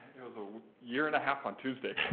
it was a year and a half on tuesday.